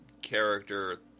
Character